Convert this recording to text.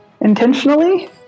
Intentionally